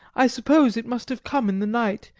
i suppose it must have come in the night,